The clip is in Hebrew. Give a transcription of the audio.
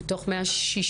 שלום לכולם,